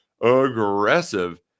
aggressive